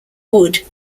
wood